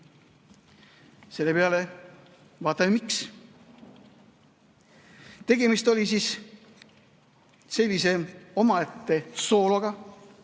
Selle peale vaatame, miks. Tegemist oli siis sellise omaette soologa,